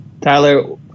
tyler